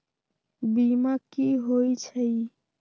बीमा कि होई छई?